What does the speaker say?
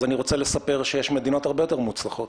אז אני רוצה לספר שיש מדינות הרבה יותר מוצלחות.